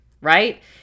right